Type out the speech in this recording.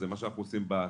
שזה מה שאנחנו עושים בשטח.